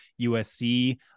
USC